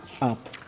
up